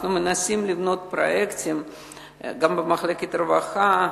אנחנו מנסים לבנות פרויקטים גם במחלקת הרווחה,